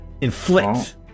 Inflict